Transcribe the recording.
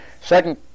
Second